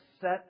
set